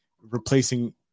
replacing